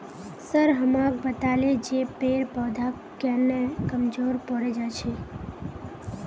sir हमाक बताले जे पेड़ पौधा केन न कमजोर पोरे जा छेक